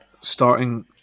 starting